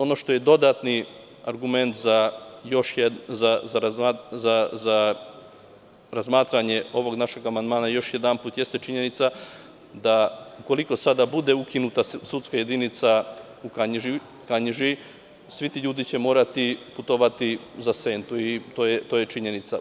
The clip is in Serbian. Ono što je dodatni argument za razmatranje ovog našeg amandmana još jedanput jeste činjenica da ukoliko sada bude ukinuta sudska jedinica u Kanjiži, svi ti ljudi će morati da putuju za Sentu.